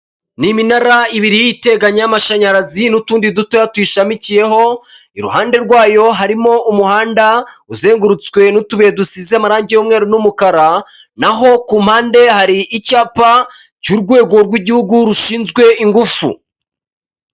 Ni iminara ibiri iteganya y'amashanyarazi n'utundi dutoya tuyishamikiyeho, iruhande rwayo harimo umuhanda uzengurutswe n'utubuye dusize amarange y'umweru n'umukara naho ku mpande hari icyapa cy'urwego rw'igihugu rushinzwe ingufu.